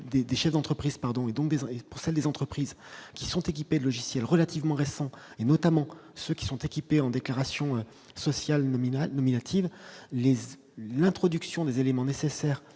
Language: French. des chefs d'entreprise, pardon, et donc des pour celle des entreprises qui sont équipés de logiciels relativement récent, et notamment ceux qui sont équipés en déclarations sociales nominal nominative Lise l'introduction des éléments nécessaires